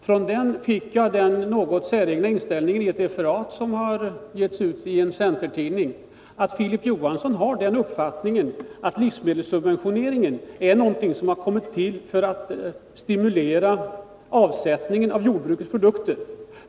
I ett referat i en centertidning från den debatten lämnades den något säregna uppgiften att Filip Johansson har den uppfattningen att livsmedelssubventionerna har kommit till för att stimulera avsättningen av jordbrukets produkter.